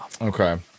okay